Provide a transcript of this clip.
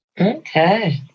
Okay